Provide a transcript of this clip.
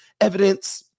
Evidence